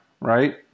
right